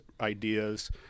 ideas